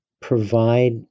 provide